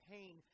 Pain